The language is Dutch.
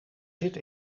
zit